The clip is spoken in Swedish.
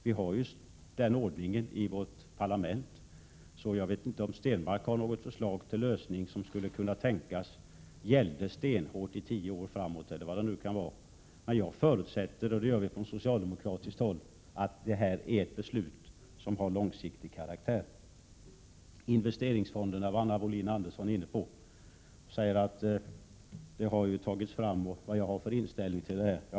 Vi har ju den ordningen i vårt parlament. Jag vet inte om Per Stenmarck har något förslag till lösning som skulle kunna tänkas gälla t.ex. tio år framåt. På socialdemokratiskt håll förutsätter vi att beslutet har långsiktig karaktär. Anna Wohlin-Andersson var inne på frågan om investeringsfonderna. Hon sade att det inte kommit fram vilken inställning jag har till dessa.